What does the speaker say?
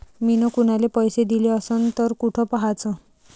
मिन कुनाले पैसे दिले असन तर कुठ पाहाचं?